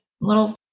little